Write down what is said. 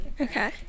Okay